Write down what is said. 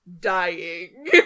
dying